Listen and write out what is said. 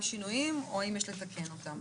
שינויים הועילו או האם יש לתקן אותם.